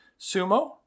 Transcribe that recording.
sumo